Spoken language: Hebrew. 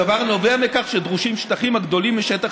הדבר נובע מכך שדרושים שטחים הגדולים משטח